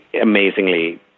amazingly